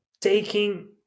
taking